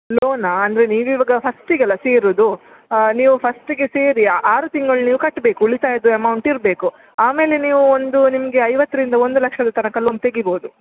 ಲೋನಾ ಅಂದರೆ ನೀವು ಇವಾಗ ಫಸ್ಟಿಗೆ ಅಲ್ಲಾ ಸೇರೋದು ನೀವು ಫಸ್ಟಿಗೆ ಸೇರಿ ಆರು ತಿಂಗಳು ನೀವು ಕಟ್ಟಬೇಕು ಉಳಿತಾಯದ ಅಮೌಂಟ್ ಇರಬೇಕು ಆಮೇಲೆ ನೀವು ಒಂದು ನಿಮಗೆ ಐವತ್ತರಿಂದ ಒಂದು ಲಕ್ಷದ ತನಕ ಲೋನ್ ತೆಗಿಬೋದು